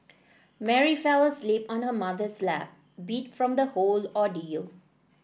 Mary fell asleep on her mother's lap beat from the whole ordeal